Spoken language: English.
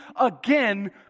again